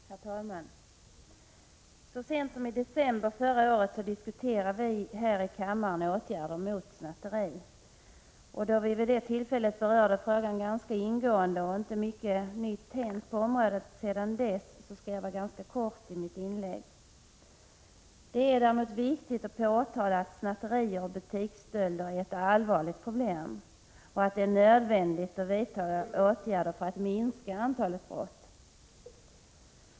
Herr talman! Så sent som i december förra året diskuterade vi här i kammaren åtgärder mot snatteri. Då vi vid det tillfället berörde frågan ganska ingående och inte mycket nytt har hänt på området sedan dess skall mitt inlägg bli ganska kort. Det är däremot viktigt att påtala att snatterier och butiksstölder är ett allvarligt problem och att det är nödvändigt att vidta åtgärder för att minska antalet brott.